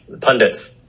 pundits